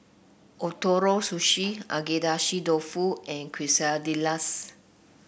Ootoro Sushi Agedashi Dofu and Quesadillas